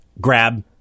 Grab